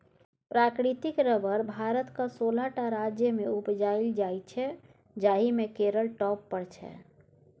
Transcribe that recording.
प्राकृतिक रबर भारतक सोलह टा राज्यमे उपजाएल जाइ छै जाहि मे केरल टॉप पर छै